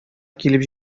килеп